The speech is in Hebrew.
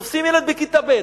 תופסים ילד בכיתה ב',